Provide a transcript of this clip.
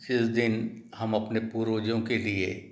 जिस दिन हम अपने पूर्वजों के लिए